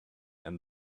and